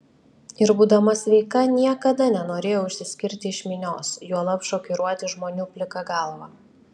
ir būdama sveika niekada nenorėjau išsiskirti iš minios juolab šokiruoti žmonių plika galva